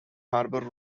harbour